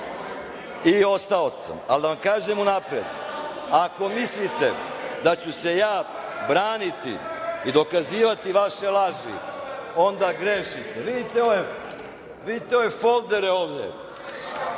i ostao sam. Ali, da vam kažem unapred, ako mislite da ću se ja braniti i dokazivati vaše laži, onda grešite. Vidite ove foldere ovde,